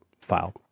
file